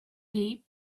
dip